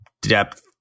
depth